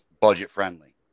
budget-friendly